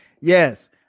Yes